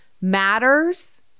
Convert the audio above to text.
matters